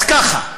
אז ככה,